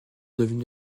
devenu